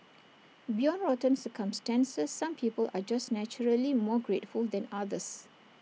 beyond rotten circumstances some people are just naturally more grateful than others